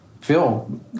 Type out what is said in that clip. Phil